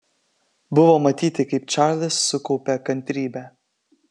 buvo matyti kaip čarlis sukaupia kantrybę